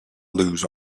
lose